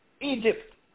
Egypt